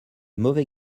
mauvais